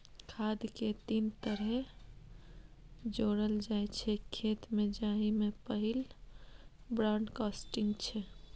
खाद केँ तीन तरहे जोरल जाइ छै खेत मे जाहि मे पहिल ब्राँडकास्टिंग छै